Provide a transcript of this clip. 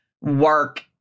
work